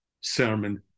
sermon